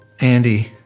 Andy